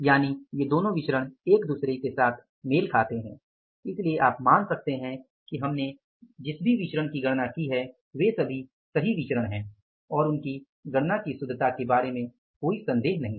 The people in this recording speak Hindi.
यानि ये दोनों विचरण एक दूसरे के साथ मेल खाते हैं इसलिए आप मान सकते हैं कि हमने जो भी विचरण की गणना की है वे सही विचरण हैं और उनकी गणना की शुद्धता के बारे में कोई संदेह नहीं है